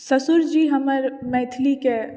ससुरजी हमर मैथिलीके